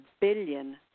billion